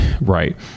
right